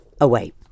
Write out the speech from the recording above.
away